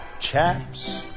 Chaps